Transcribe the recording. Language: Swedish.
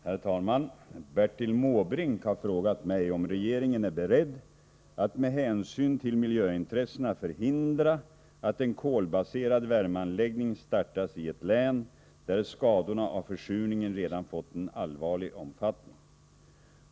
Herr talman! Bertil Måbrink har frågat mig om regeringen är beredd att, med hänsyn till miljöintressena, förhindra att en kolbaserad värmeanläggning startas i ett län, där skadorna av försurningen redan fått en allvarlig omfattning.